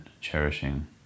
cherishing